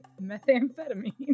methamphetamine